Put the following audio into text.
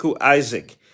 Isaac